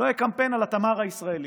לא יהיה קמפיין על התמר הישראלי?